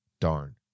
darn